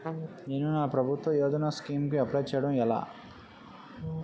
నేను నా ప్రభుత్వ యోజన స్కీం కు అప్లై చేయడం ఎలా?